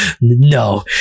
no